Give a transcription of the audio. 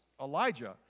Elijah